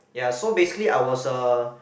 ya so basically I was a